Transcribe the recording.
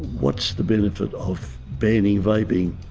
what's the benefit of banning vaping,